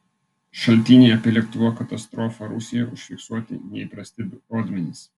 šaltiniai apie lėktuvo katastrofą rusijoje užfiksuoti neįprasti rodmenys